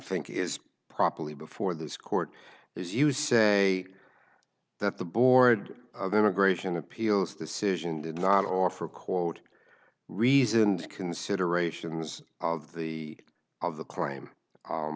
think is properly before this court is you say that the board of immigration appeals decision did not offer quote reasoned considerations of the of the c